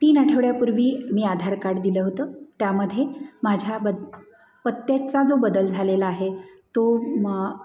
तीन आठवड्यापूर्वी मी आधार काड दिलं होतं त्यामध्ये माझ्या ब पत्त्याचा जो बदल झालेला आहे तो म